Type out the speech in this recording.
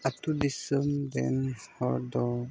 ᱟᱹᱛᱩ ᱫᱤᱥᱚᱢ ᱨᱮᱱ ᱦᱚᱲ ᱫᱚ